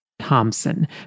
Thompson